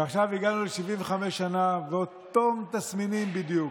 ועכשיו הגענו ל-75 שנה, ואותם תסמינים בדיוק,